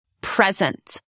present